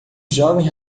jovem